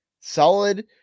solid